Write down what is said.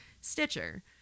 Stitcher